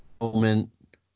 moment